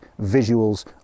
visuals